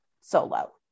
solo